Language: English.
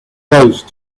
those